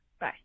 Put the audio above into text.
Bye